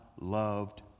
loved